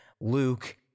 Luke